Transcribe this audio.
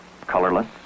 colorless